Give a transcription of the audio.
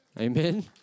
Amen